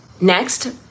Next